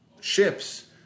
ships